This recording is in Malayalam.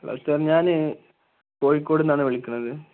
ഹലോ സാർ ഞാൻ കോഴിക്കോട് നിന്നാണ് വിളിക്കുന്നത്